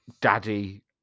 Daddy